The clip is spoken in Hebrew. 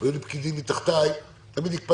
והיו לי פקידים מתחתיי תמיד הקפדתי